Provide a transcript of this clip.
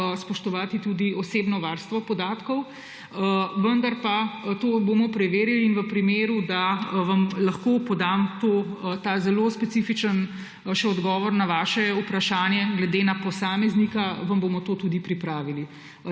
spoštovati tudi osebno varstvo podatkov, vendar pa to bomo preverili in v primeru, da vam še lahko podam ta zelo specifičen odgovor na vaše vprašanje glede na posameznika, vam bomo to tudi pripravili.